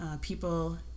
people